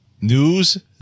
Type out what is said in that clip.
News